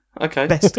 Okay